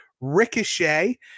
Ricochet